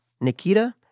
Nikita